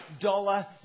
dollar